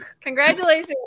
Congratulations